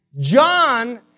John